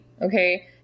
okay